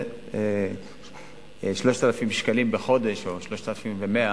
זה 3,000 שקלים לחודש, או 3,100,